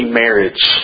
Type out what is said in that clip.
marriage